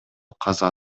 каза